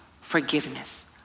forgiveness